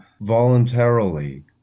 voluntarily